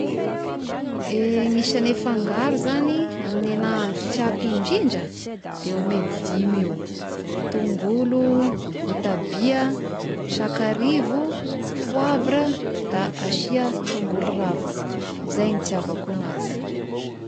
Ny isane fangaro zagny amin'gne nahandro tiako indrindra de eo amine dimy eo, tongolo, votabia, sakarivo, poivre da asia tongolo ravigna, izay ny hitiavako agnazy.